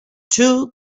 two